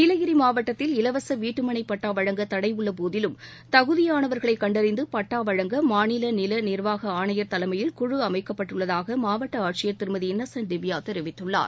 நீலகிரிமாவட்டத்தில் இலவசவீட்டுமனைப் பட்டாவழங்க தடைஉள்ளபோதிலும் தகுதியானவர்களைக் கண்டறிந்தபட்டாவழங்க மாநிலநிலநிர்வாகஆணையர் தலையில் கழு அமைக்கப்பட்டுள்ளதாகமாவட்டஆட்சியர் திருமதி இன்னசென்ட் திவ்யாதெரிவித்துள்ளார்